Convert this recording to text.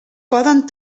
poden